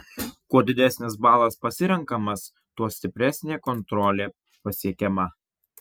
kuo didesnis balas pasirenkamas tuo stipresnė kontrolė pasiekiama